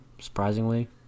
surprisingly